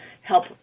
Help